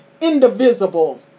indivisible